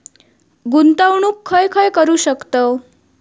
गुंतवणूक खय खय करू शकतव?